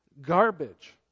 garbage